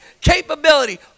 capability